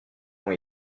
ont